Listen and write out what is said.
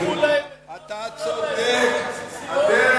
שלקחו להם את כל הזכויות הבסיסיות,